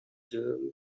germ